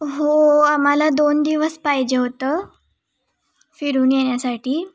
हो आम्हाला दोन दिवस पाहिजे होतं फिरून येण्यासाठी